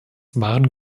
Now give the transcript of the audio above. waren